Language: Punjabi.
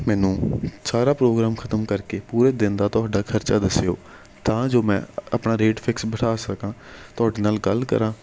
ਮੈਨੂੰ ਸਾਰਾ ਪ੍ਰੋਗਰਾਮ ਖ਼ਤਮ ਕਰ ਕੇ ਪੂਰੇ ਦਿਨ ਦਾ ਤੁਹਾਡਾ ਖਰਚਾ ਦੱਸਿਓ ਤਾਂ ਜੋ ਮੈਂ ਆਪਣਾ ਰੇਟ ਫਿਕਸ ਬਿਠਾ ਸਕਾਂ ਤੁਹਾਡੇ ਨਾਲ ਗੱਲ ਕਰਾਂ